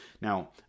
Now